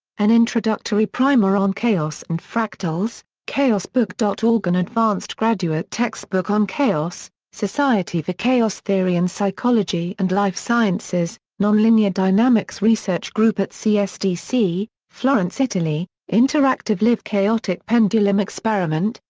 an introductory primer on chaos and fractals chaosbook dot org an advanced graduate textbook on chaos society for chaos theory in psychology and life sciences nonlinear dynamics research group at csdc, florence italy interactive live chaotic pendulum experiment,